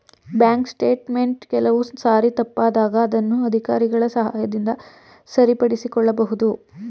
bank statement ಕೆಲವು ಸಾರಿ ತಪ್ಪಾದಾಗ ಅದನ್ನು ಅಧಿಕಾರಿಗಳ ಸಹಾಯದಿಂದ ಸರಿಪಡಿಸಿಕೊಳ್ಳಬಹುದು